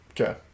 Okay